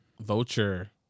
Vulture